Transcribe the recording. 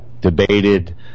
debated